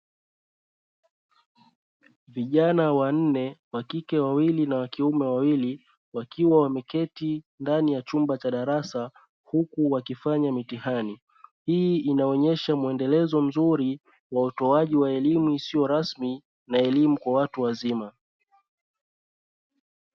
Vijana wanne wa kike wawili na wa kiume wawili wakiwa wameketi ndani ya chumba cha darasa huku wakifanya mitihani, hii inaonyesha mwendelezo mzuri wa utoaji wa elimu isiyo rasmi na elimu kwa watu wazima.